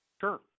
Sure